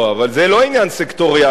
אבל זה לא עניין סקטוריאלי,